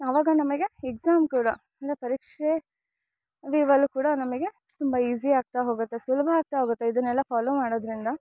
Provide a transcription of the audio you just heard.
ಅವಾಗ ನಮಗೆ ಎಕ್ಸಾಂ ಕೂಡ ಅಂದರೆ ಪರೀಕ್ಷೆ ವೀವ್ ಅಲ್ಲು ಕೂಡ ನಮಗೆ ತುಂಬ ಈಸಿ ಆಗ್ತಾ ಹೋಗುತ್ತೆ ಸುಲಭ ಆಗ್ತಾ ಹೋಗುತ್ತೆ ಇದನೆಲ್ಲ ಫಾಲೋ ಮಾಡೋದರಿಂದ